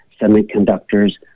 semiconductors